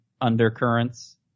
undercurrents